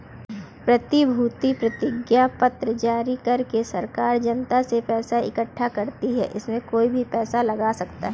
प्रतिभूति प्रतिज्ञापत्र जारी करके सरकार जनता से पैसा इकठ्ठा करती है, इसमें कोई भी पैसा लगा सकता है